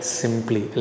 simply